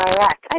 Iraq